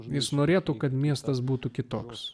jis norėtų kad miestas būtų kitoks